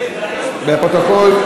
לפרוטוקול,